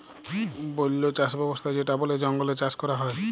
বল্য চাস ব্যবস্থা যেটা বলে জঙ্গলে চাষ ক্যরা হ্যয়